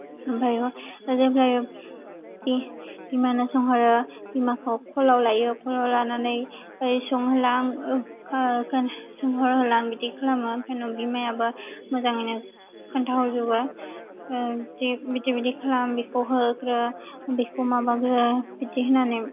ओमफ्रायो जेब्लायो बे बिमानाव सोंहरो बिमाखौ कलआव लायो कलआव लानानै सोंहरब्ला आं सोंहर हरब्ला बिदि खालामो ओमफ्राय बिमायाबो मोजाङैनो खोन्थाहरजोबो ओ जे बिदि बिदि खालाम बेखौ होग्रो बेखौ माबाग्रो बिदि होन्नानै